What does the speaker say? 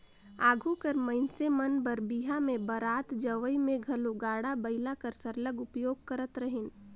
आघु कर मइनसे मन बर बिहा में बरात जवई में घलो गाड़ा बइला कर सरलग उपयोग करत रहिन